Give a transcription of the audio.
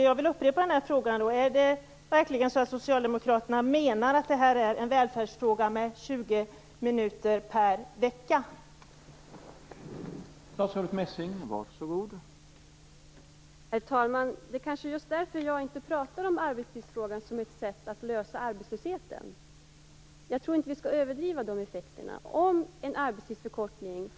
Menar verkligen socialdemokraterna att dessa 20 minuter per vecka är en välfärdsfråga?